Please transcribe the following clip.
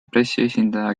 pressiesindaja